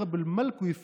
(אמר בערבית ומתרגם:)